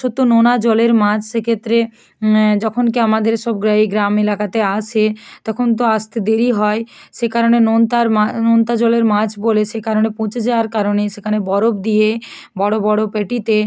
সব তো নোনা জলের মাছ সেক্ষেত্রে যখন কী আমাদের সব এই গ্রাম এলাকাতে আসে তখন তো আসতে দেরি হয় সেই কারণে নোনতার নোনতা জলের মাছ বলে সেই কারণে পচে যাওয়ার কারণে সেখানে বরফ দিয়ে বড় বড় পেটিতে